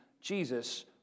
Jesus